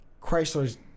Chrysler's